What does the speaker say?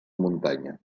muntanya